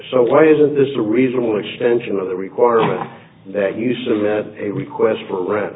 so why isn't this a reasonable extension of the requirement that you show that a request for rent